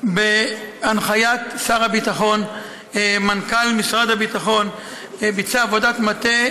בהנחיית שר הביטחון ביצע מנכ"ל משרד הביטחון עבודת מטה